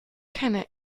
keine